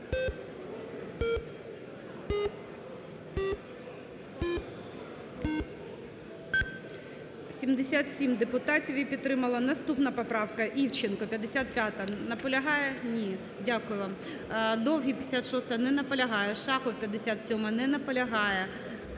77 депутатів її підтримало. Наступна поправка Івченка, 55-а. Наполягає? Ні. Дякую вам. Довгий, 56-а. Не наполягає. Шахов, 57-а. Не наполягає.